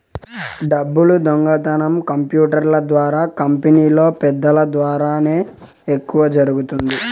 డబ్బులు దొంగతనం కంప్యూటర్ల ద్వారా కంపెనీలో పెద్దల ద్వారానే ఎక్కువ జరుగుతుంది